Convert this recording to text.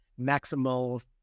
maximal